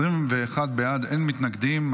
21 בעד, אין מתנגדים.